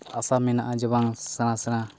ᱟᱥᱟ ᱢᱮᱱᱟᱜᱼᱟ ᱡᱮ ᱵᱟᱝ ᱥᱮᱬᱟ ᱥᱮᱬᱟ